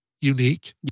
unique